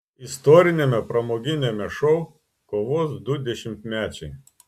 istoriniame pramoginiame šou kovos du dešimtmečiai